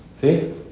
See